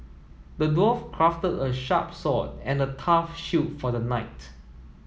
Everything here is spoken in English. the dwarf crafted a sharp sword and a tough shield for the knight